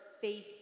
faith